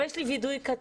אבל יש לי וידוי קטן.